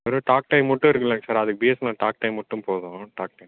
வெறும் டாக்டைம் மட்டும் இருக்குல்லைங்க சார் அது பிஎஸ்என்எல் டாக்டைம் மட்டும் போதும் டாக்டைம்